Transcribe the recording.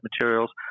materials